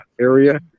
area